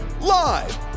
Live